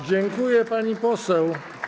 Dziękuję, pani poseł.